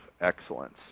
Excellence